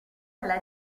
alla